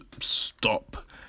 stop